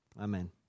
amen